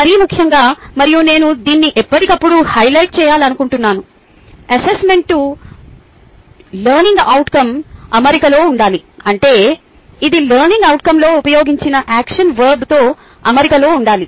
మరీ ముఖ్యంగా మరియు నేను దీన్ని ఎప్పటికప్పుడు హైలైట్ చేయాలనుకుంటున్నాను అసెస్మెంట్ టాస్క్ లెర్నింగ్ అవుట్కం అమరికలో ఉండాలి అంటే ఇది లెర్నింగ్ అవుట్కంలో ఉపయోగించిన యాక్షన్ వర్బ్తో అమరికలో ఉండాలి